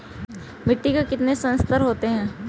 मिट्टी के कितने संस्तर होते हैं?